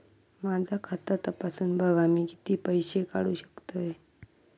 माझा खाता तपासून बघा मी किती पैशे काढू शकतय?